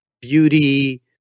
beauty